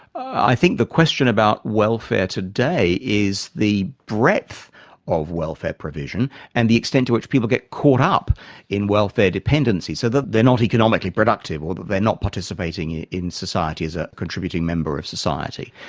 i think the question about welfare today is the breadth of welfare provision and the extent to which people get caught up in welfare dependency so they're not economically productive or that they're not participating in in society as a contributing member of society.